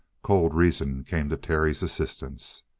cold reason came to terry's assistance.